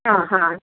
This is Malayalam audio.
ആഹാ